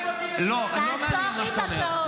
וגם תעצור לי את השעון.